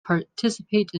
participate